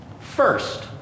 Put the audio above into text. First